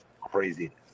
craziness